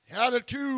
attitude